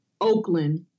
Oakland